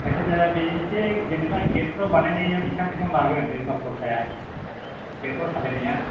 जायखिजाया दे एसे जेनेबा गेटफ्राव बानायनाया बिसिबां बिसिबां लागोन जेनेबा खरसाया गेटफ्राव साजायनाया